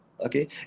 Okay